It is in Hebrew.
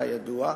כידוע,